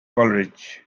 coleridge